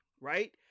right